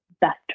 best